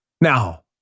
Now